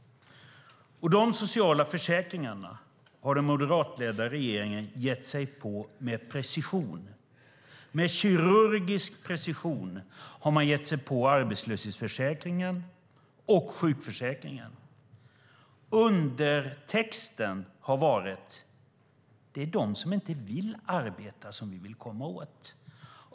De sociala försäkringarna har den moderatledda regeringen gett sig på med precision. Med en kirurgisk precision har man gett sig på arbetslöshetsförsäkringen och sjukförsäkringen. Undertexten har varit: Det är dem som inte vill arbeta som vi vill komma åt.